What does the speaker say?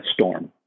storm